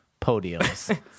podiums